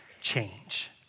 change